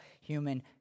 human